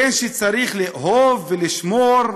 בן שצריך לאהוב ולשמור,